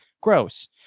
gross